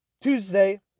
Tuesday